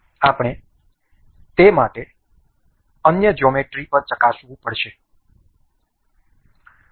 આપણે તે અન્ય કોઈ જ્યોમેટ્રી પર ચકાસીશું